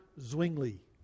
Zwingli